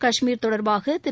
கஷ்மீர் தொடர்பாக திரு